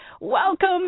welcome